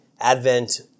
Advent